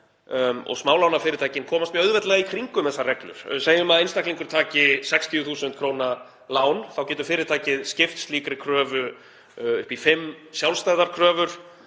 og smálánafyrirtækin komast mjög auðveldlega í kringum þessar reglur. Segjum að einstaklingur taki 60.000 kr. lán. Þá getur fyrirtækið skipt slíkri kröfu upp í fimm sjálfstæðar kröfur,